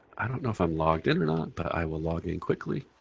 i don't know if i'm logged in and um but i will log in quickly.